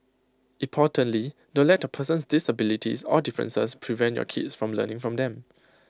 importantly don't let A person's disabilities or differences prevent your kids from learning from them